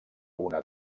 una